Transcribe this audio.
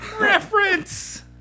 Reference